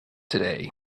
today